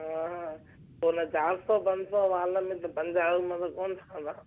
हा पोइ न चार सौ पंज सौ वाल में त पंजाहु मन कोनि ठहिंदा